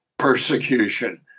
persecution